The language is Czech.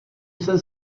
jsem